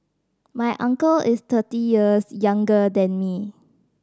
my uncle is thirty years younger than me